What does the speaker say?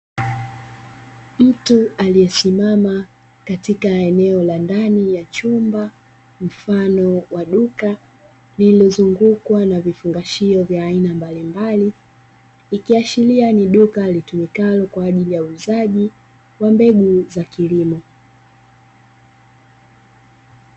Mtu aliyesimama eneo la ndani katika chumba mfano wa duka limezungukwa na vifungashio vya aina mbalimbali, ikiashiria ni duka litumikalo kwajili ya uuzaji wa mbegu za kilimo.